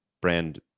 brand